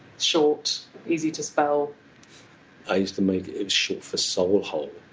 short, easy to spell i used to make it short for! soul hole!